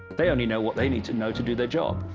they only know, what they need to know, to do their job.